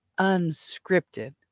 Unscripted